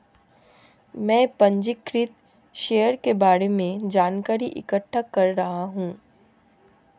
मैं पंजीकृत शेयर के बारे में जानकारी इकट्ठा कर रहा हूँ